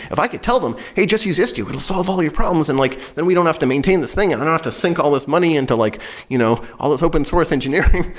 if i could tell them, hey, just use istio. it'll solve all your problems. and like, then we don't have to maintain this thing and i don't have to sync all this money into like you know all this open source engineering.